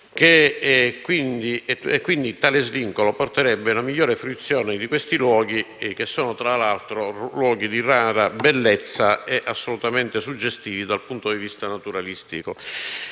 protetta. Tale svincolo porterebbe quindi a una migliore fruizione di questi luoghi, che sono tra l'altro di rara bellezza e assolutamente suggestivi dal punto di vista naturalistico.